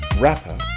Rapper